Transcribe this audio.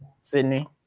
Sydney